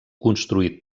construït